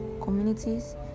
communities